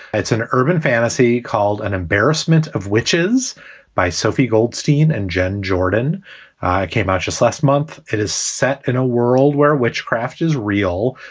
it's an urban fantasy called an embarrassment of witches by sophie goldstein. and jen jordan came out just last month. it is set in a world where witchcraft is real,